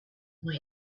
boy